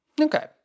Okay